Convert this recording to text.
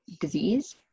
disease